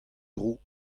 dro